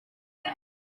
isi